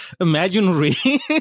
imaginary